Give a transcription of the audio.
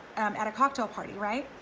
at a cocktail party, right?